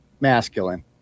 masculine